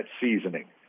seasoning